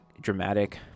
dramatic